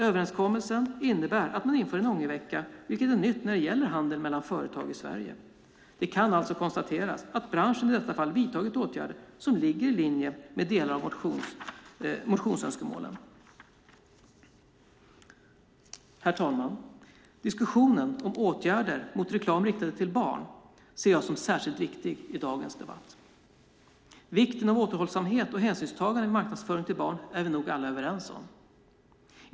Överenskommelsen innebär att man inför en ångervecka, vilket är nytt när det gäller handel mellan företag i Sverige. Det kan alltså konstateras att branschen i detta fall vidtagit åtgärder som ligger i linje med delar av motionsönskemålen. Herr talman! Diskussionen om åtgärder mot reklam riktad till barn ser jag som särskilt viktig i dagens debatt. Vikten av återhållsamhet och hänsynstagande vid marknadsföring till barn är vi nog alla överens om.